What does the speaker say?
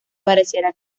pareciera